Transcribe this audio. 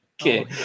okay